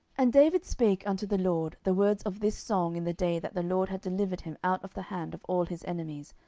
and david spake unto the lord the words of this song in the day that the lord had delivered him out of the hand of all his enemies,